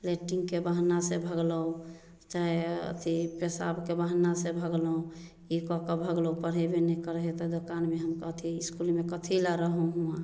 लेटरिंगके बहाना से भगलहुॅं चाहे अथी पेशाबके बहाना से भगलहुॅं ई कऽ कऽ भगलहुॅं पढेबे नहि करै है तऽ दोकानमे हम कथी इसकुलमे कथी लए रहू हुऑं